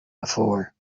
before